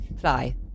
Fly